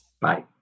Bye